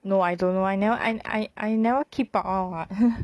no I don't know I never I I I never keep up [one] [what]